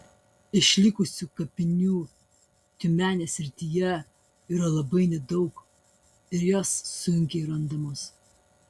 išlikusių kapinių tiumenės srityje yra labai nedaug ir jos sunkiai randamos